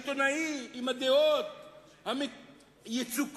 העיתונאי עם הדעות היצוקות,